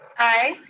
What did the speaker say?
aye.